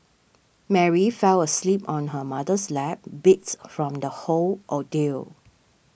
Mary fell asleep on her mother's lap beats from the whole ordeal